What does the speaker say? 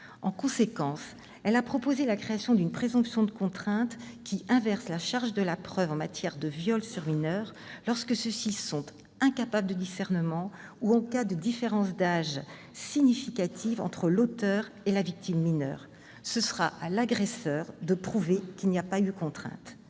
En conséquence, elle a proposé la création d'une présomption de contrainte qui inverse la charge de la preuve en matière de viol sur mineurs, lorsque ceux-ci sont incapables de discernement ou en cas de différence d'âge significative entre l'auteur et la victime mineure. Ce sera à l'agresseur de prouver qu'il n'y a pas eu contrainte